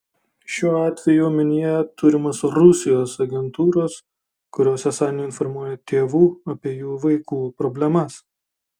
šiuo atveju omenyje turimos rusijos agentūros kurios esą neinformuoja tėvų apie jų vaikų problemas